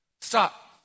Stop